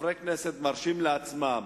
חברי כנסת מרשים לעצמם